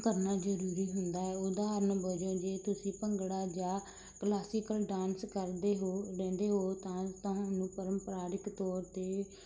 ਕਰਨਾ ਜ਼ਰੂਰੀ ਹੁੰਦਾ ਉਦਾਹਰਣ ਵਜੋਂ ਜੇ ਤੁਸੀਂ ਭੰਗੜਾ ਜਾਂ ਕਲਾਸੀਕਲ ਡਾਂਸ ਕਰਦੇ ਹੋ ਰਹਿੰਦੇ ਹੋ ਤਾਂ ਤੁਹਾਨੂੰ ਪਰੰਪਰਾਰਿਕ ਤੌਰ 'ਤੇ